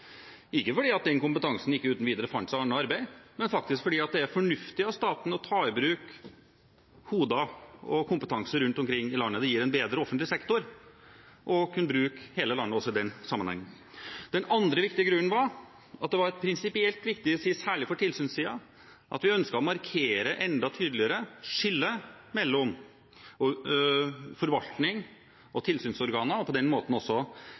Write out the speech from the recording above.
ikke fordi den kompetansen ikke uten videre fant seg annet arbeid, men faktisk fordi det er fornuftig av staten å ta i bruk hoder og kompetanse rundt omkring i landet. Det gir en bedre offentlig sektor å kunne bruke hele landet også i den sammenhengen. Den andre viktige grunnen var at det var prinsipielt viktig, særlig for tilsynssiden, at vi ønsket å markere skillet mellom forvaltning og tilsynsorganer enda tydeligere, og på den måten også